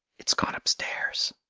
it's gone upstairs!